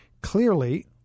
Clearly